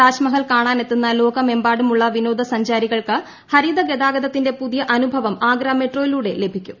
താജ്മഹൽ കാണാനെത്തുന്ന ലോകമെന്പ്റടുമുള്ള വിനോദ സഞ്ചാരികൾക്ക് ഹരിത ഗതാഗതത്തിന്റെപ്രുതീയ് അനുഭവം ആഗ്ര മെട്രോയിലൂടെ ല്ലിക്കും